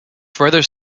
further